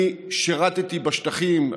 אני שירתי בשטחים,